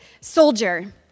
soldier